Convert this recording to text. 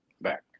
back